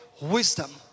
wisdom